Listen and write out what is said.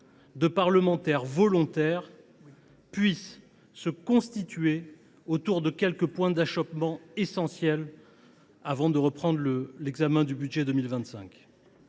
de parlementaires volontaires se constitue et fasse face à quelques points d’achoppement essentiels, avant de reprendre l’examen du budget 2025.